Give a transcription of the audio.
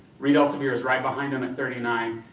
reed elsevier right behind them at thirty nine.